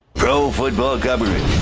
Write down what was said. pro football government.